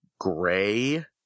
gray